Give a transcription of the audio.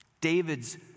David's